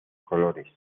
colores